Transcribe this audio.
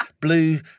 blue